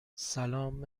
سلام